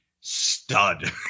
stud